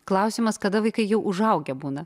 klausimas kada vaikai jau užaugę būna